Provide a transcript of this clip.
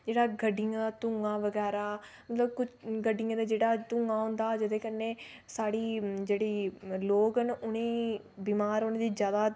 जेह्ड़ा गड्डियां धूआं बगैरा ते गड्डियें दा धूआं होंदा जेह्दे कन्नै साढ़ी जेह्ड़े लोक होंदे न बमार होने दे जादा